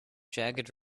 jagged